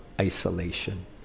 isolation